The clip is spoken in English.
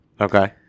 Okay